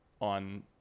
on